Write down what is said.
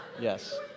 Yes